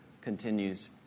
continues